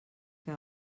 què